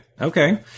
Okay